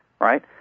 right